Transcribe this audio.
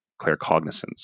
claircognizance